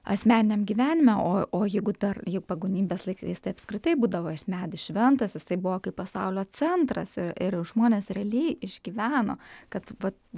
asmeniniam gyvenime o o jeigu dar jei pagonybės laikais tai apskritai būdavo medis šventas jis tai buvo kaip pasaulio centras ir ir žmonės realiai išgyveno kad vat